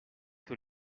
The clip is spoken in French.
que